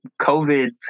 COVID